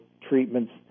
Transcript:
treatments